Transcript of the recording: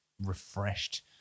refreshed